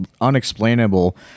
unexplainable